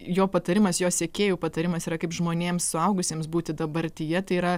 jo patarimas jo sekėjų patarimas yra kaip žmonėms suaugusiems būti dabartyje tai yra